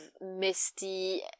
misty